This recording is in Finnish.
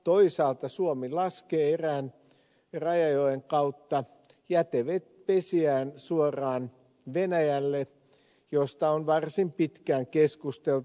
toisaalta suomi laskee erään rajajoen kautta jätevesiään suoraan venäjälle mistä on varsin pitkään keskusteltu